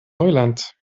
neuland